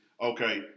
Okay